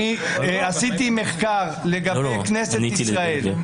אני עשיתי מחקר לגבי כנסת ישראל.